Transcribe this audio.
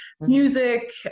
music